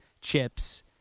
chips